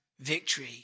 victory